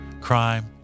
crime